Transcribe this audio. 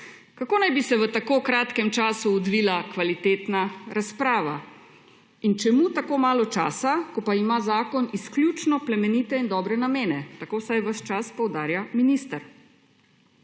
Kako naj bi se v tako kratkem času odvila kvalitetna razprava in čemu tako malo časa, ko pa ima zakon izključno plemenite in dobre namene, tako vsaj ves čas poudarja minister?